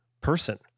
person